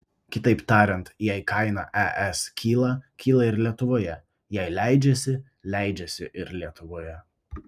kitaip tariant jei kaina es kyla kyla ir lietuvoje jei leidžiasi leidžiasi ir lietuvoje